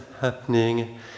happening